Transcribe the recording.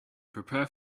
prepare